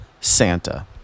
Santa